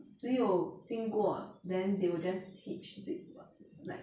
只有经过 then they will just hitch is it what like